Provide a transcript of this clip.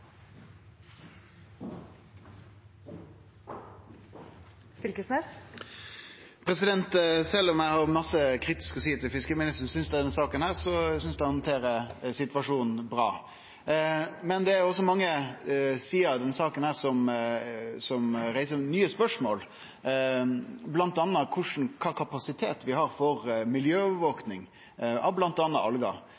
Fylkesnes – til oppfølgingsspørsmål. Sjølv om eg har mykje kritisk å seie til fiskeriministeren, synest eg han handterer situasjonen bra i denne saka. Men det er òg mange sider ved denne saka som reiser nye spørsmål, bl.a. kva kapasitet vi har for